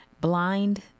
blind